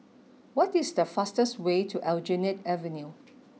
what is the fastest way to Aljunied Avenue